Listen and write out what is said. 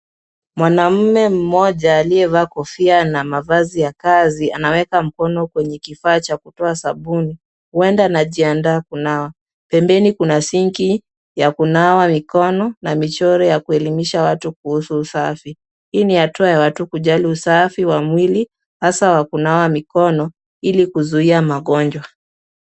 Mwanaume mmoja aliyevaa kofia na mavazi ya kazi, anaweka mkono kwenye kifaa cha kutoa sabuni. Huenda anajiandaa kunawa. Pembeni kuna sinki ya kunawa mikono na michoro ya kuelimisha watu kuhusu usafi. Hii ni hatua ya watu kujali usafi wa mwili hasa wa kunawa mikono ili kuzuia magonjwa.